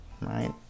right